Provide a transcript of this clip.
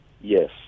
Yes